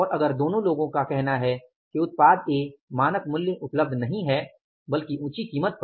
और अगर दोनों लोगों का कहना है कि उत्पाद ए मानक मूल्य उपलब्ध नहीं है बल्कि ऊँची कीमत पर